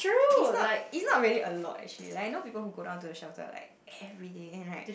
is not is not really a lot actually like I know people who go down to the shelter like everyday and like